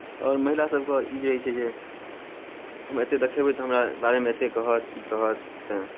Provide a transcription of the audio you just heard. आओर महिलासभके ई रहै छै जे हम एतेक देखेबै तऽ हमरा बारेमे एतेक कहत ई कहत तैँ